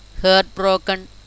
heartbroken